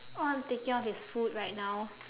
all I'm thinking of is food right now